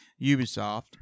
Ubisoft